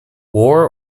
war